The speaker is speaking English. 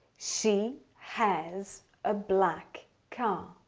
she has a black car.